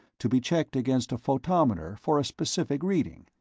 to be checked against a photometer for a specific reading,